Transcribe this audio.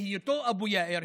בהיותו אבו יאיר,